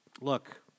look